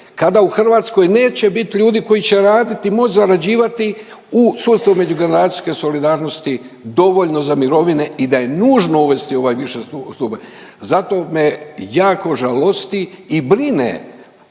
kada u Hrvatskoj neće bit ljudi koji će raditi i moć zarađivati u sustavu međugeneracijske solidarnosti dovoljno za mirovine i da je nužno uvesti ovaj viši stupanj. Zato me jako žalosti i brine